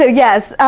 yes,